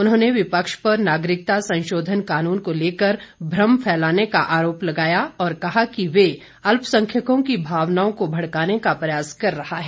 उन्होंने विपक्ष पर नागरिकता संशोधन कानून को लेकर भ्रम फैलाने का आरोप लगाया और कहा कि वे अल्पसंख्यकों की भावनाओं को भडकाने का प्रयास कर रहा है